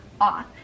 off